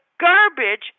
garbage